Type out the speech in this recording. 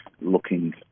looking